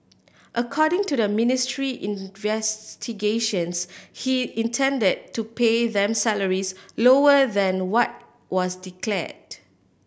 according to the ministry investigations he intended to pay them salaries lower than what was declared